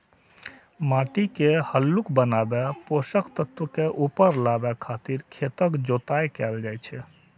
माटि के हल्लुक बनाबै, पोषक तत्व के ऊपर लाबै खातिर खेतक जोताइ कैल जाइ छै